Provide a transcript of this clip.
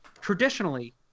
traditionally